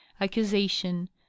accusation